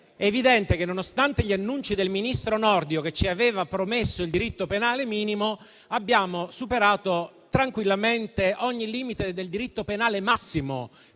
È evidente che, nonostante gli annunci del ministro Nordio, che ci aveva promesso il diritto penale minimo, abbiamo superato tranquillamente ogni limite del diritto penale massimo,